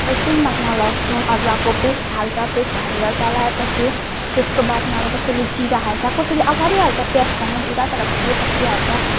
एकछिन बादमा लसुन अदुवाको पेस्ट हाल्छ पेस्ट हालेर चलाएपछि त्यसको बादमा अब कसैले जिरा हाल्छ कसैले अगाडि हाल्छ प्याजसँगै जिरा तर कसैले पछि हाल्छ